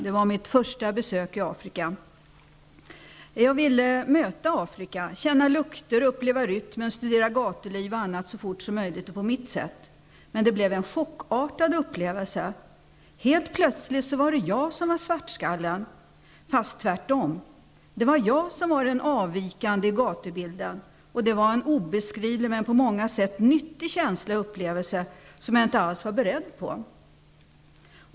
Det var mitt första besök i Afrika. Jag ville möta Afrika, känna lukter, uppleva rytmen, studera gatuliv och annat så fort som möjligt och på mitt sätt. Men det blev en chockartad upplevelse. Helt plötsligt var det jag som var ''svartskallen'', fast tvärtom. Det var jag som var den avvikande i gatubilden. Det var en obeskrivlig, men på många sätt nyttig känsla och upplevelse, som jag inte alls var beredd på.